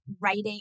writing